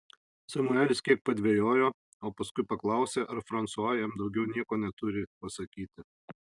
samuelis kiek padvejojo o paskui paklausė ar fransua jam daugiau nieko neturi pasakyti